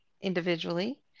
individually